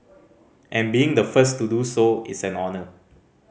and being the first to do so is an honour